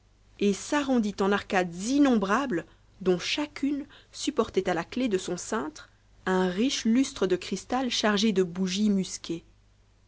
et s'arrondit en arcades innombrables dont chacune supportait à la clef de son cintre un riche lustre de cristal chargé de bougies musquées